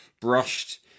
brushed